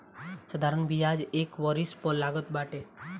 साधारण बियाज एक वरिश पअ लागत बाटे